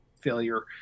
failure